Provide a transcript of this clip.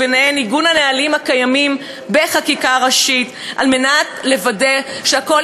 וביניהן עיגון הנהלים הקיימים בחקיקה ראשית על מנת לוודא שהכול